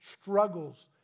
struggles